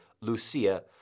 Lucia